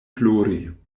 plori